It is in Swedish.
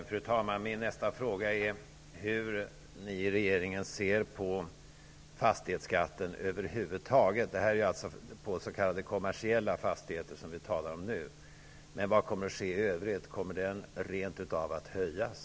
Fru talman! Min nästa fråga är: Hur ser regeringen på fastighetsskatten över huvud taget? Det vi talar om nu är ju skatten på s.k. kommersiella fastigheter. Vad kommer att ske i övrigt? Kommer den skatten rent av att höjas?